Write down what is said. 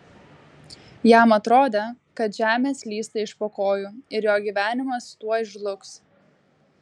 jam atrodė kad žemė slysta iš po kojų ir jo gyvenimas tuoj žlugs